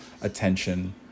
attention